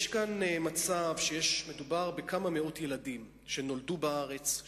יש כאן מצב שמדובר בכמה מאות ילדים שנולדו בארץ,